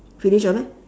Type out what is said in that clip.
finish all meh